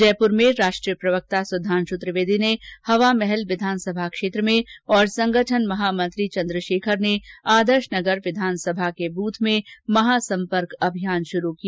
जयप्र में राष्ट्रीय प्रवक्ता सुधांशु त्रिवेदी ने हवामहल विधानसभा क्षेत्र में और संगठन महामंत्री चन्द्रशेखर ने आदर्श नगर विधानसभा के बूथ में महासंपर्क अभियान शुरू किया